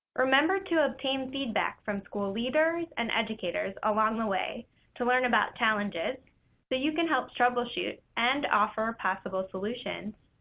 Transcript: remember to obtain feedback from school leaders and educators along the way to learn about challenges so you can help troubleshoot and offer possible solutions